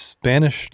Spanish